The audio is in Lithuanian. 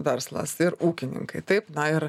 verslas ir ūkininkai taip na ir